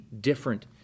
different